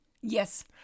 Yes